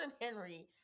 Henry